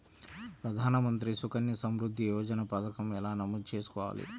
ప్రధాన మంత్రి సుకన్య సంవృద్ధి యోజన పథకం ఎలా నమోదు చేసుకోవాలీ?